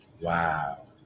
Wow